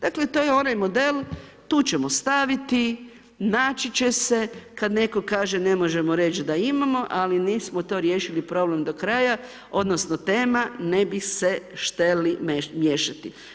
Dakle to je onaj model, tu ćemo staviti, naći će se, kad netko kaže ne možemo reći da imamo ali nismo to riješili problem do kraja odnosno tema ne bi se šteli miješati.